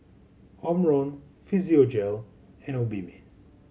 Omron Physiogel and Obimin